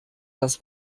das